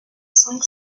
cinq